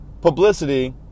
publicity